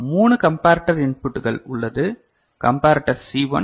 3 comparator இன்புட்கள் உள்ளது comparators C 1 C 2 மற்றும் சி 3